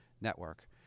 network